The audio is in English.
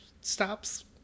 stops